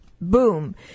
Boom